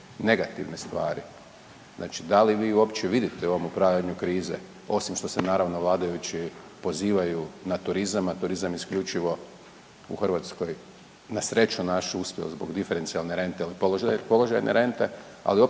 negativne stvari. Znači, da li vi uopće vidite u ovom upravljanju krize osim što se naravno vladajući pozivaju na turizam, a turizam je isključivo u Hrvatskoj na sreću našu uspio zbog diferencijalne rente ili položajne rente, ali opet,